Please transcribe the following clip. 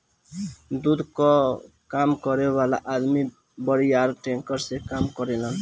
दूध कअ काम करे वाला अदमी बड़ियार टैंकर से काम करेलन